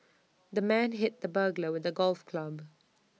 the man hit the burglar with A golf club